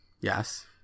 Yes